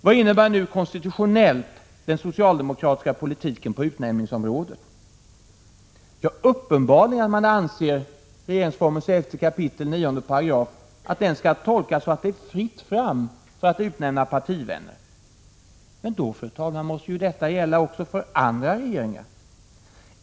Vad innebär nu konstitutionellt den socialdemokratiska politiken på utnämningsområdet? Ja, uppenbarligen att man anser att regeringsformens 11 kap. 9 § skall tolkas så att det är fritt fram för att utnämna partivänner. Men då, fru talman, måste detta också gälla för andra regeringar.